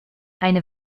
eine